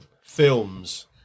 Films